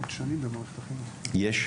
יש?